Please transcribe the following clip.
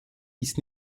ist